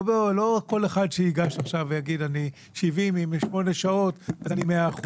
לא כל אחד שייגש עכשיו ויגיד שהוא 70% עם שמונה שעות אז הוא 100%,